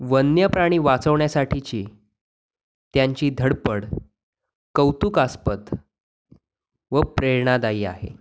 वन्यप्राणी वाचवण्यासाठीची त्यांची धडपड कौतुकास्पद व प्रेरणादायी आहे